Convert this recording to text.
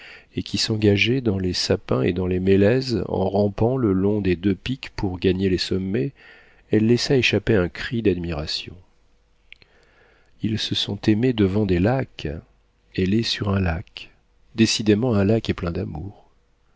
et qui s'engageaient dans les sapins et dans les mélèzes en rampant le long des deux pics pour en gagner les sommets elle laissa échapper un cri d'admiration ils se sont aimés devant des lacs elle est sur un lac décidément un lac est plein d'amour